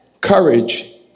Courage